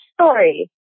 story